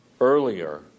earlier